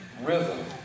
rhythm